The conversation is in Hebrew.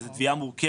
וזאת תביעה מורכבת,